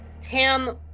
Tam